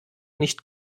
nicht